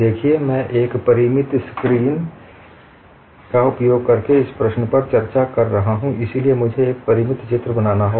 देखिए मैं एक परिमित स्क्रीन का उपयोग करके इस प्रश्न पर चर्चा कर रहा हूं इसलिए मुझे एक परिमित चित्र बनाना होगा